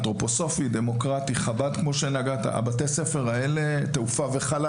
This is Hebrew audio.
אנתרופוסופי, דמוקרטי, חב"ד, תעופה וחלל.